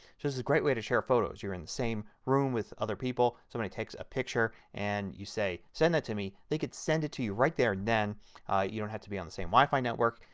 so this is a great way to share photos. you are in the same room with other people, somebody takes a picture, and you say send that to me. they can send it to you right there then you don't have to be on the same wifi network,